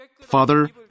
Father